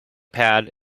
pad